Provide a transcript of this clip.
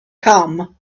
come